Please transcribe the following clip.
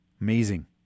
Amazing